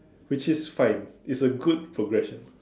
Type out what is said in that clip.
which is fine it's a good progression